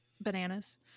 bananas